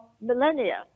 millennia